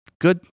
good